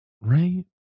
Right